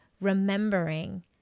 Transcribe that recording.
remembering